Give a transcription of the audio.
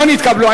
לא נתקבלו.